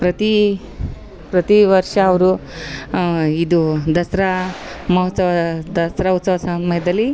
ಪ್ರತೀ ಪ್ರತೀ ವರ್ಷ ಅವರು ಇದು ದಸರಾ ಮಹೋತ್ಸವದ ದಸ್ರಾ ಉತ್ಸವ ಸಮಯದಲ್ಲಿ